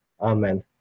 Amen